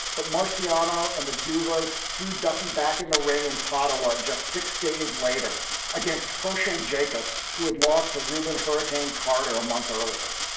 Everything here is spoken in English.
but marziano and the dubas through duckie back in the ring and tahtawi. just six days later against herschel jacobs, who had lost to rubin hurricane carter a month earlier.